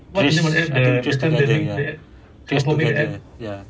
trace I think trace together ya trace together ya